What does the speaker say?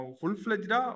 full-fledged